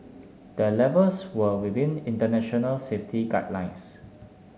the levels were within international safety guidelines